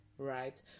Right